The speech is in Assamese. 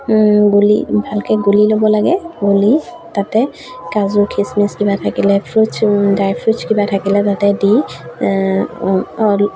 গুলি ভালকৈ গুলি ল'ব লাগে গুলি তাতে কাজু খিচমিচ কিবা থাকিলে ফ্ৰুটছ ড্ৰাই ফ্ৰুটছ কিবা থাকিলে তাতে দি